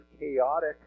chaotic